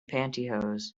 pantyhose